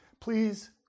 Please